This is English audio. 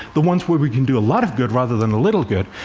the ones where we can do a lot of good rather than a little good.